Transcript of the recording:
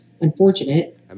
unfortunate